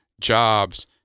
jobs